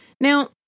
Now